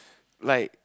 like